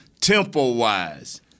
tempo-wise